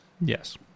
yes